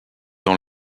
dans